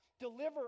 Deliver